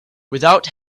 without